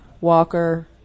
Walker